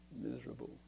miserable